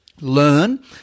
learn